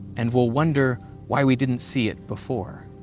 and we'll wonder why we didn't see it before.